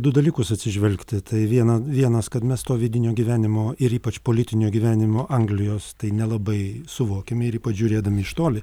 du dalykus atsižvelgti tai viena vienas kad mes to vidinio gyvenimo ir ypač politinio gyvenimo anglijos tai nelabai suvokiame ir ypač žiūrėdami iš toli